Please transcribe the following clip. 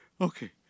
Okay